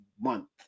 month